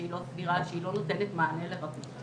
שהיא לא סבירה, שהיא לא נותנת מענה לרבים.